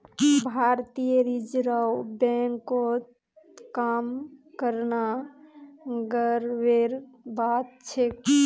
भारतीय रिजर्व बैंकत काम करना गर्वेर बात छेक